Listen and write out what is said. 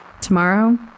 tomorrow